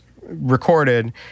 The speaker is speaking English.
recorded